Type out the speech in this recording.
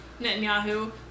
Netanyahu